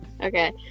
Okay